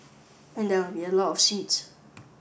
and there will be a lot of seeds